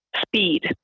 speed